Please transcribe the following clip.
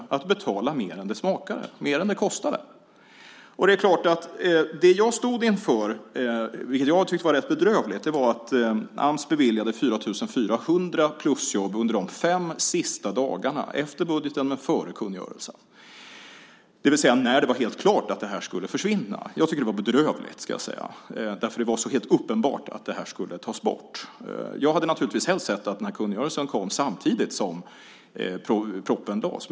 Man betalade mer än det smakade och mer än det kostade. Det jag stod inför - vilket jag tyckte var rätt bedrövligt - var att Ams beviljade 4 400 plusjobb under de fem sista dagarna, efter budgeten men före kungörelsen. Då var det alltså helt klart att det här skulle försvinna. Jag tycker att det var bedrövligt, måste jag säga. Det var ju helt uppenbart att det här skulle tas bort. Jag skulle naturligtvis helst ha sett att kungörelsen hade kommit samtidigt som propositionen lades fram.